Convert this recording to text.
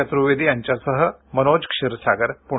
चतुर्वेदी यांच्यासह मनोज क्षीरसागर पुणे